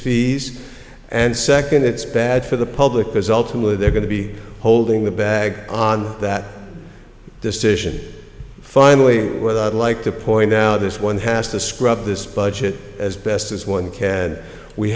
fees and second it's bad for the public because ultimately they're going to be holding the bag on that decision finally with i'd like to point out this one has to scrub this budget as best as one can